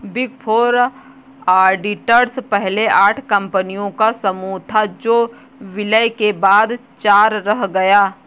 big four auditors पहले आठ कंपनियों का समूह था जो विलय के बाद चार रह गया